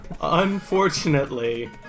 Unfortunately